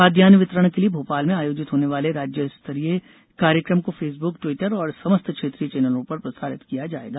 खाद्यान्न वितरण के लिए भोपाल में आयोजित होने वाले राज्य स्तरीय कार्यक्रम को फेसबुक ट्विटर और समस्त क्षेत्रीय चैनलों पर प्रसारित किया जाएगा